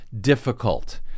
difficult